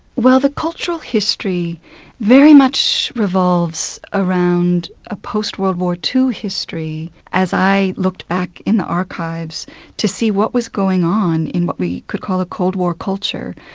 the cultural history very much revolves around a post world war two history. as i looked back in the archives to see what was going on in what we could call a cold war culture,